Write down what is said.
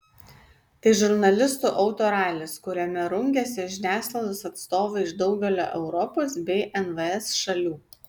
tai žurnalistų autoralis kuriame rungiasi žiniasklaidos atstovai iš daugelio europos bei nvs šalių